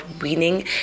winning